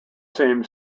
same